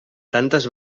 tantes